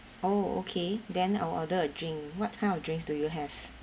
oh okay then I will order a drink what kind of drinks do you have